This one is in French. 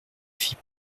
fit